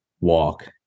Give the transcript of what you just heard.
walk